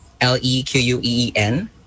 L-E-Q-U-E-E-N